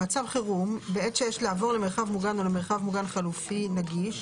במצב חירום בעת שיש לעבור למרחב מוגן או למרחב מוגן חלופי נגיש,